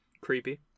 Creepy